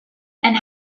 and